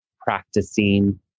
practicing